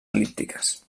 el·líptiques